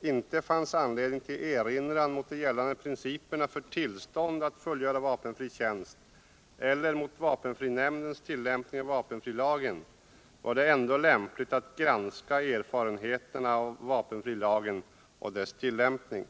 inte fanns anledning till erinran mot de gällande principerna för tillstånd att fullgöra vapenfri tjänst eller mot vapenfrinämndens tillämpning av vapenfrilagen, var det ändock lämpligt att granska erfarenheterna av vapenfrilagen och dess tillämpning.